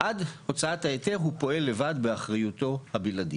עד הוצאת ההיתר הוא פועל לבד באחריותו הבלעדית.